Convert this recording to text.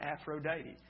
Aphrodite